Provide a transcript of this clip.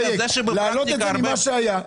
להעלות את זה ממה שהיה.